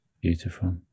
Beautiful